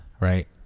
right